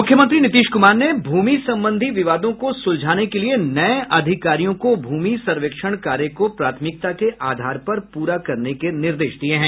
मुख्यमंत्री नीतीश कुमार ने भूमि संबंधी विवादों को सुलझाने के लिये नये अधिकारियों को भूमि सर्वेक्षण कार्य को प्राथमिकता के आधार पर पूरा करने के निर्देश दिये हैं